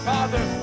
Father